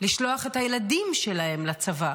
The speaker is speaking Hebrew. לשלוח את הילדים שלהם לצבא,